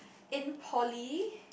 in poly